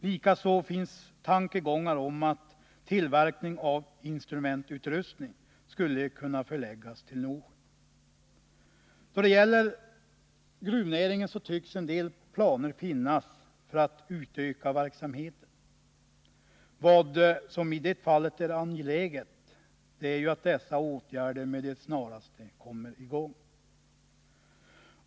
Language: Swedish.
Likaså finns tankegångar om att tillverkning av instrumentutrustning skulle kunna förläggas till Norsjö. Då det gäller gruvnäringen tycks det finnas en del planer på att utöka verksamheten. Det är angeläget att dessa åtgärder med det snaraste kommer i gång.